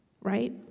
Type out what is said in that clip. Right